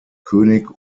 könig